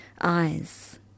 Eyes